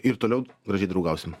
ir toliau gražiai draugausim